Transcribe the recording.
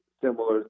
similar